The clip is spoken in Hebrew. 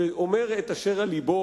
שאומר את אשר על לבו.